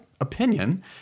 opinion